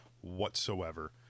whatsoever